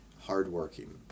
hardworking